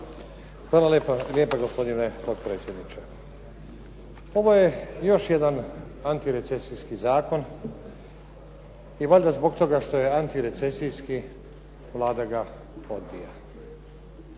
Hvala lijepa. Gospodine potpredsjedniče. Ovo je još jedan antirecesijski zakon i valjda zbog toga što je antirecesijski Vlada ga odbija.